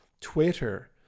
Twitter